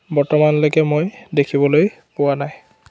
বৰ্তমানলৈকে মই দেখিবলৈ পোৱা নাই